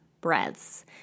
breaths